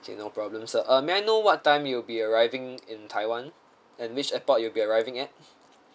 okay no problem sir um may I know what time you will be arriving in taiwan and which airport you'll be arriving at